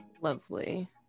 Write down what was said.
Lovely